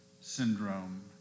syndrome